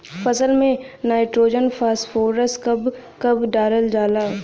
फसल में nitrogen phosphorus कब कब डालल जाला?